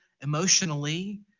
emotionally